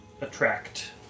attract